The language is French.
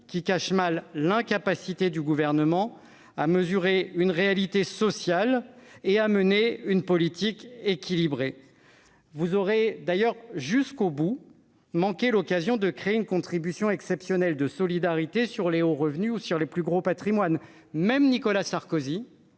qui cachent mal l'incapacité du Gouvernement à mesurer une réalité sociale et à mener une politique équilibrée. D'ailleurs, monsieur le ministre, vous aurez jusqu'au bout manqué l'occasion de créer une contribution exceptionnelle de solidarité sur les hauts revenus ou sur les plus gros patrimoines. Même Nicolas Sarkozy